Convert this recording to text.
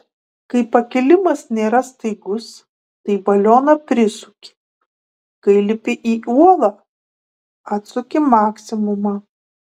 kai pakilimas nėra staigus tai balioną prisuki kai lipi į uolą atsuki maksimumą